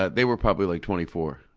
ah they were probably like twenty-four.